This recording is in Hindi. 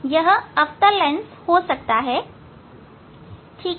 यह अवतल लेंस हो सकता है यह अवतल लेंस भी हो सकता हैठीक